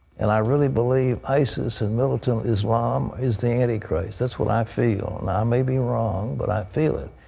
and i really believe that isis and militant islam is the anti-christ. that's what i feel. and i may be wrong, but i feel it.